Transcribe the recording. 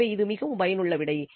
எனவே இது மிகவும் பயனுள்ள விடை